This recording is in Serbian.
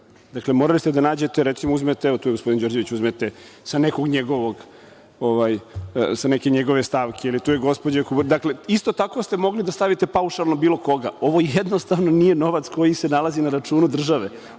Dakle, morali ste da nađete, evo, tu je gospodin Đorđević, recimo, uzmete sa neke njegove stavke. Dakle, isto tako ste mogli da stavite paušalno bilo koga. Ovo jednostavno nije novac koji se nalazi na računu države.